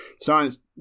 science